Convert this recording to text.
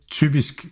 typisk